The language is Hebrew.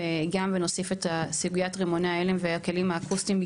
ונוסיף את סוגיית רימוני ההלם והכלים האקוסטיים,